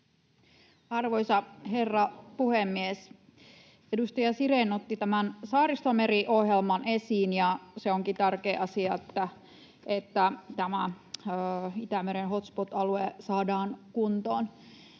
Arvoisa herra puhemies! Edustaja Sirén otti tämän Saaristomeri-ohjelman esiin, ja onkin tärkeä asia, että tämä Itämeren hotspot-alue saadaan kuntoon.